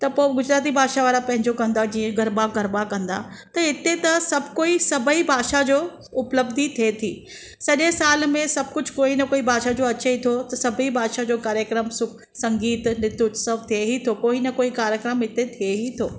त पोइ गुजराती भाषा वारा पंहिंजो कंदा जीअं गरबा गरबा कंदा त हिते त सभु कोई सभई भाषा जो उपलब्दी थिए थी सॼे साल में सभु कुझु कोई न कोई भाषा जो अचे ई थो सभु ई भाषा जो कार्यक्रम संगीत नृत्य उत्सव थिए ई थो कोई न कोई कार्यक्रम हिते थिए ई थो